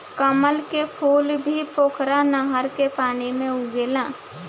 कमल के फूल भी पोखरा नहर के पानी में उगेला